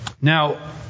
Now